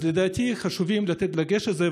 אז לדעתי חשוב לתת דגש לזה,